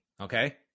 okay